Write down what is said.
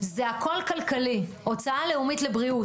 זה הכל כלכלי, הוצאה לאומית לבריאות.